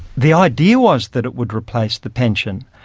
the idea was that it would replace the pension,